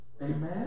Amen